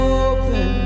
open